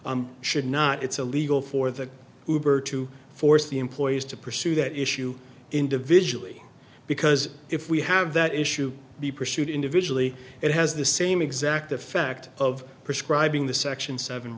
should not it's illegal for the goober to force the employees to pursue that issue individually because if we have that issue be pursued individually it has the same exact effect of prescribing the section seven